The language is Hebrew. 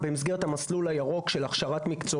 לבדוק האם יש צורך לפצל את המקצוע לשני מקצועות,